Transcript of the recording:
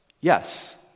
yes